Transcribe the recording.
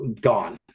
gone